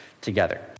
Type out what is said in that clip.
together